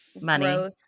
Money